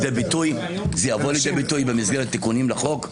ביטוי במסגרת תיקונים לחוק.